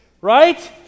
right